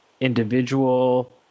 Individual